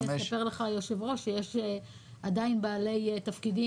יספר לך היושב-ראש שיש עדיין בעלי תפקידים